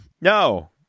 No